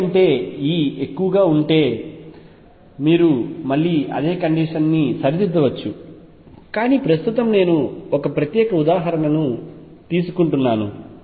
V కంటే E ఎక్కువగా ఉంటే మీరు మళ్లీ అదే కండిషన్ ని సరిదిద్దవచ్చు కానీ ప్రస్తుతం నేను ఒక ప్రత్యేక ఉదాహరణను తీసుకుంటున్నాను